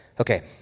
Okay